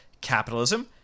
capitalism